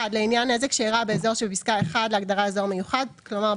לעניין נזק שאירע באזור שבפסקה (1) להגדרת "אזור מיוחד" כלומר,